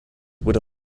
would